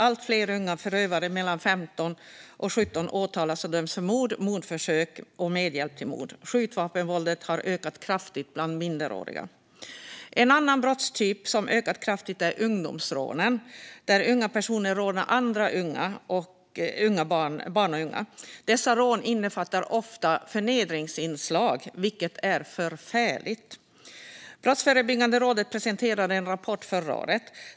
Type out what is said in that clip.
Allt fler unga förövare mellan 15 och 17 åtalas och döms för mord, mordförsök och medhjälp till mord. Skjutvapenvåldet har ökat kraftigt bland minderåriga. En annan brottstyp som ökat kraftigt är ungdomsrån, där unga personer rånar andra barn och unga. Dessa rån innefattar ofta förnedringsinslag, vilket är förfärligt. Brottsförebyggande rådet presenterade en rapport förra året.